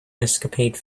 escapade